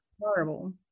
horrible